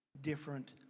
different